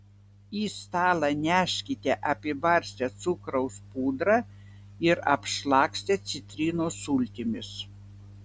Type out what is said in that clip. į stalą neškite apibarstę cukraus pudrą ir apšlakstę citrinos sultimis